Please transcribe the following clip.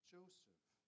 Joseph